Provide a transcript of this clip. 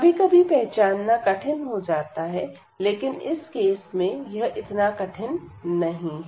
कभी कभी पहचानना कठिन हो जाता है लेकिन इस केस में यह इतना कठिन नहीं है